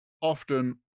often